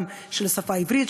גם של השפה העברית,